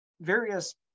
various